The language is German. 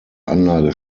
anlage